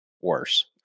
worse